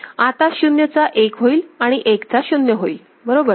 आता 0 चा 1 होईल आणि 1 चा 0 होईल बरोबर